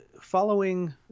following